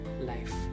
life